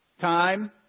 time